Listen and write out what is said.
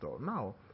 now